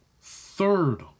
third